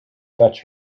fetch